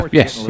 yes